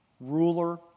ruler